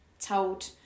told